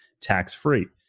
tax-free